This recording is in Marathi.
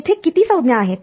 तिथे किती संज्ञा आहेत